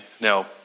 now